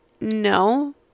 No